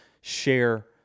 share